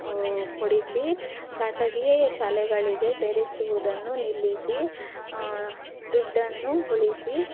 ಕೊಡಿಸಿ ಖಾಸಗಿ ಶಾಲೆಗಳಿಗೆ ಸೇರಿಸುವುದನ್ನು ನಿಲ್ಲಿಸಿ ದುಡ್ಡನ್ನು ಉಳಿಸಿ